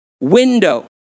window